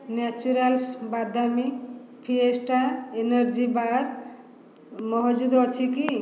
Naturals ବାଦାମି fiesta energy bar ମହଜୁଦ ଅଛି କି